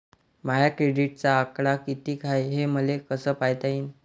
माया क्रेडिटचा आकडा कितीक हाय हे मले कस पायता येईन?